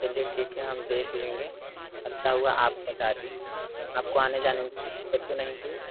चलिए ठीक है हम देख लेंगे अच्छा हुआ आप बता दीं आपको आने जाने में दिक्कत तो नहीं हुई